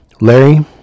Larry